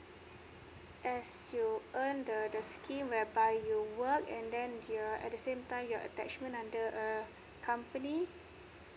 as you earn the the scheme whereby you work and then the uh at the same time you are attachment under uh company